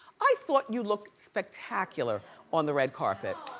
i thought you looked spectacular on the red carpet.